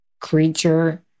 creature